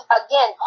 again